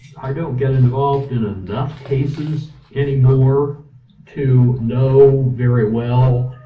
i don't get involved in enough cases anymore to know very well